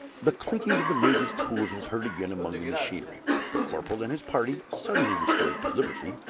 the clicking of the major's tools was heard again among the machinery the corporal and his party, suddenly restored to liberty,